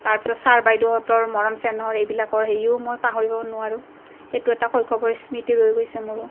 তাৰপাছত ছাৰ বাইদেউহঁতৰ মৰম চেনেহৰ এইবিলাকৰ হেৰিও মই পাহৰিব নোৱাৰোঁ সেইটো এটা শৈশৱৰ স্মৃতি ৰৈ গৈছে মোৰো